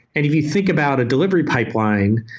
if you think about a delivery pipeline,